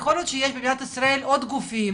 יכול להיות שיש במדינת ישראל עוד גופים,